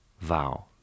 vowel